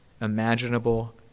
imaginable